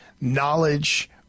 knowledge